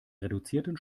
reduzierten